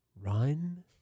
run